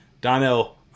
Donnell